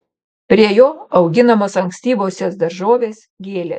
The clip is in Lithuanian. prie jo auginamos ankstyvosios daržovės gėlės